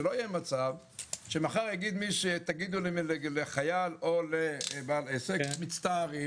שלא יהיה מצב שמחר תגידו לחייל או לבעל עסק: מצטערים,